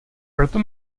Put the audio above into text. proto